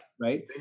Right